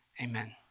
amen